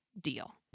deal